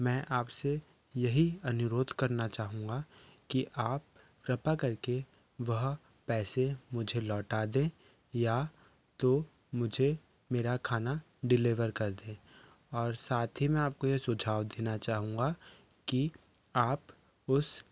मैं आपसे यही अनुरोध करना चाहूँगा कि आप कृपा करके वह पैसे मुझे लौटा दें या तो मुझे मेरा खाना डिलेवर कर दें और साथ ही में आपको ये सुझाव देना चाहूँगा कि आप उस